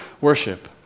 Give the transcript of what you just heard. worship